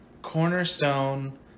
cornerstone